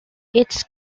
its